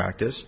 practice